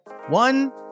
one